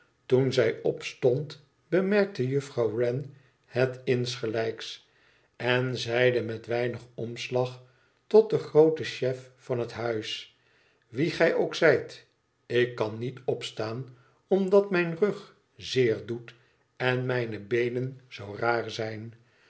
toen zij opstond bemerkte juffrouw wren het insgelijks en zeide met weinig omslag tot den grooten chef van het huis i wie gij ook zijt ik kan niet opstaan omdat mijn rug zeer doet en mijne beenen zoo raar zijn